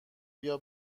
ایا